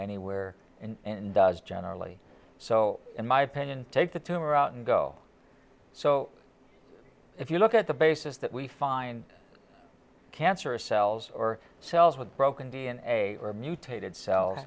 anywhere and does generally so in my opinion take the tumor out and go so if you look at the bases that we find cancer cells or cells with broken d n a or mutated